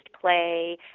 play